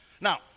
Now